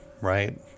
right